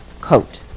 coat